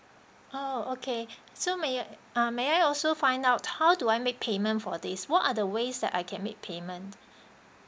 oh okay so may ah may I also find out how do I make payment for this what are the ways that I can make payment